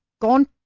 gone